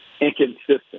inconsistent